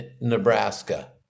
Nebraska